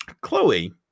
Chloe